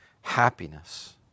happiness